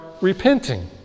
repenting